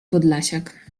podlasiak